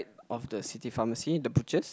of the city pharmacy the butchers